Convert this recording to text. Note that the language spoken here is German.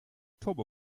turbo